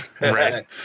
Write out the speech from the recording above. Right